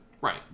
Right